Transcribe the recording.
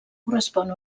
correspon